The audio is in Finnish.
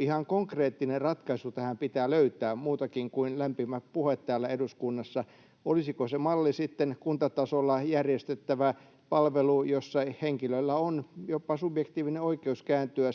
ihan konkreettinen ratkaisu tähän pitää löytää — muutakin kuin lämpimät puheet täällä eduskunnassa. Olisiko se malli sitten kuntatasolla järjestettävä palvelu, jossa henkilöllä on jopa subjektiivinen oikeus kääntyä